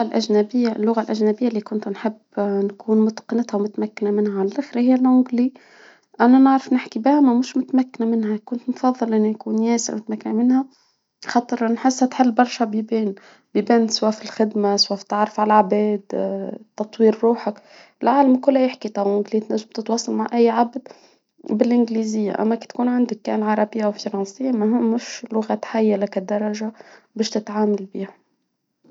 الأجنبية اللغة الأجنبية اللي كنت نحب نكون متقنتها ومتمكنة منها علي الآخر هي الإنجليزية، اأنا نعرف نحكي بيها ما مش متمكنة منها، كنت مفظلة إني نكون ياسر متمكنة منها، خاطر نحس تحل برشا بيبان، بيبان سواء في الخدمة، سواء في التعرف على العباد تطوير روحك، العالم كله يحكي الإنجليزية، تنجم تتواصل مع أي عبد بالإنجليزية، أما كي تكون عندك كان عربية وفرنسية، مش لغات حية لا كدرجة باش تتعامل بها.